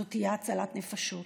זו תהיה הצלת נפשות.